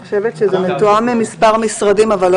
אני חושבת שזה מתואם עם מספר משרדים אבל לא